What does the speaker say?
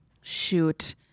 shoot